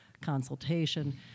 consultation